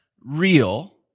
real